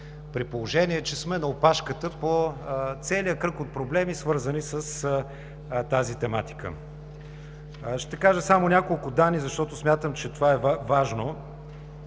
при положение че сме на опашката по целия кръг от проблеми, свързани с тази тематика. Ще кажа само няколко данни, защото смятам, че това е важно,